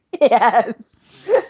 Yes